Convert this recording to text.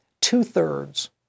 two-thirds